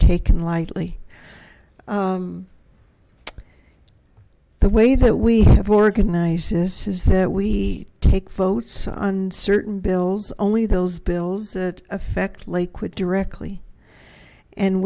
taken lightly the way that we have organized this is that we take votes on certain bills only those bills that affect lakewood directly and